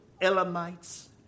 Elamites